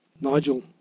Nigel